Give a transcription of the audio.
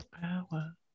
power